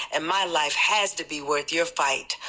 and my life has to be worth your fight.